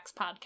podcast